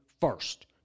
First